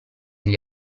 gli